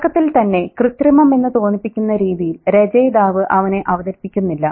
തുടക്കത്തിൽ തന്നെ കൃത്രിമമെന്ന് തോന്നിപ്പിക്കുന്ന രീതിയിൽ രചയിതാവ് അവനെ അവതരിപ്പിക്കുന്നില്ല